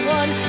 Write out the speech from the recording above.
one